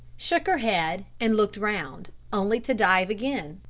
shook her head and looked round, only to dive again.